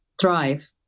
thrive